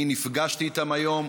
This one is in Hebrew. אני נפגשתי איתם היום.